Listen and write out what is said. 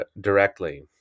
directly